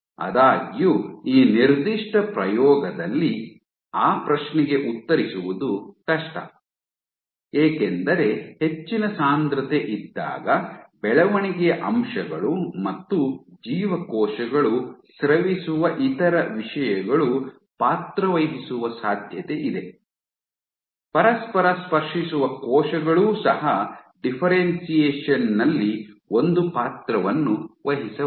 ಆದಾಗ್ಯೂ ಈ ನಿರ್ದಿಷ್ಟ ಪ್ರಯೋಗದಲ್ಲಿ ಆ ಪ್ರಶ್ನೆಗೆ ಉತ್ತರಿಸುವುದು ಕಷ್ಟ ಏಕೆಂದರೆ ಹೆಚ್ಚಿನ ಸಾಂದ್ರತೆ ಇದ್ದಾಗ ಬೆಳವಣಿಗೆಯ ಅಂಶಗಳು ಮತ್ತು ಜೀವಕೋಶಗಳು ಸ್ರವಿಸುವ ಇತರ ವಿಷಯಗಳು ಪಾತ್ರವಹಿಸುವ ಸಾಧ್ಯತೆಯಿದೆ ಪರಸ್ಪರ ಸ್ಪರ್ಶಿಸುವ ಕೋಶಗಳೂ ಸಹ ಡಿಫ್ಫೆರೆನ್ಶಿಯೇಷನ್ ನಲ್ಲಿ ಒಂದು ಪಾತ್ರವನ್ನು ವಹಿಸಬಹುದು